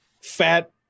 fat